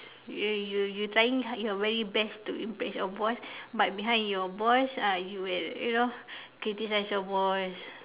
you you you trying your very best to impress your boss but behind your boss ah you will you know criticise your boss